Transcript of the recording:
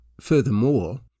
Furthermore